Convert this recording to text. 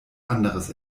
anderes